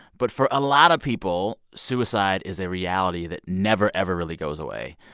but for a lot of people, suicide is a reality that never, ever really goes away,